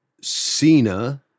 Cena